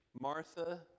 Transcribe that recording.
Martha